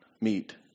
meet